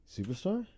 Superstar